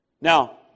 Now